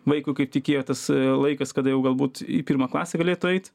vaikui kaip tik ėjo tas laikas kada jau galbūt į pirmą klasę galėtų eit